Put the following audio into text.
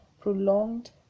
prolonged